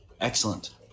Excellent